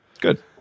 Good